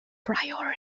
priory